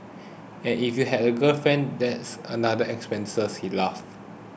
and if you have a girlfriend that's another expense he laughs